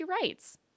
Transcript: rights